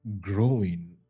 growing